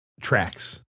tracks